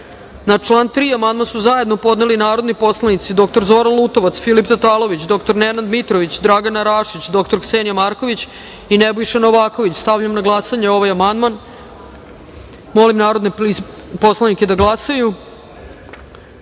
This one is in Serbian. član 1. amandman su zajedno podneli narodni poslanici dr Zoran Lutovac, Filip Tatalović, Nenad Mitrović, Dragana Rašić, dr Ksenija Marković, Nebojša Novaković. Stavljam na glasanje ovaj amandman. Molim narodne poslanike da pritisnu